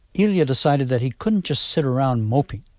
ilya decided that he couldn't just sit around moping.